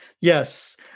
yes